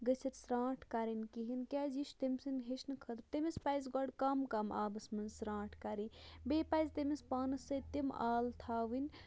گٔژھِتھ سرٛانٹھ کَرٕنۍ کِہیٖنۍ کیٛازِ یہِ چھِ تٔمۍ سٕنٛدۍ ہیٚچھنہٕ خٲطرٕ تٔمِس پَزِ گوٚڈٕ کم کم آبس منٛز سرٛانٹھ کَرٕنۍ بیٚیہِ پَزِ تٔمِس پانَس سۭتۍ تِم آلہٕ تھاوٕنۍ